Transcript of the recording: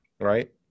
Right